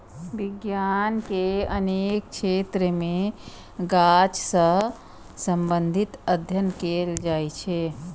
विज्ञान के अनेक क्षेत्र मे गाछ सं संबंधित अध्ययन कैल जाइ छै